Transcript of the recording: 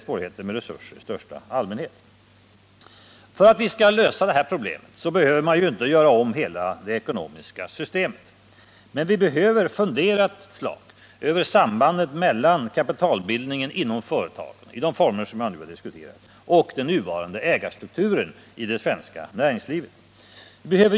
För att lösa det här problemet behöver vi inte göra om hela det ekonomiska systemet, men vi behöver fundera ett slag över sambandet mellan kapitalbildningen inom företagen och den nuvarande ägarstrukturen i det svenska näringslivet.